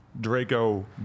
draco